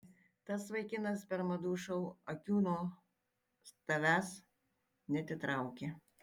tas vaikinas per madų šou akių nuo tavęs neatitraukė